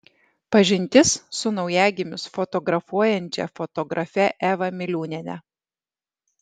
pažintis su naujagimius fotografuojančia fotografe eva miliūniene